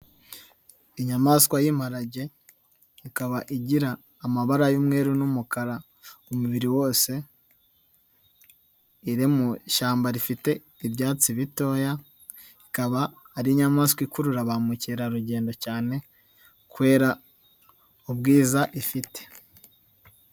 Inyamaswa y'imparage ikaba igira amabara y'umweru n'umukara umubiri wose, iri mu ishyamba rifite ibyatsi bitoya, ikaba ari inyamaswa ikurura ba mukerarugendo cyane kubera ubwiza ifite.